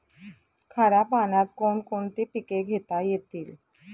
खाऱ्या पाण्यात कोण कोणती पिके घेता येतील?